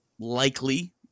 likely